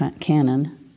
Canon